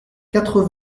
quatre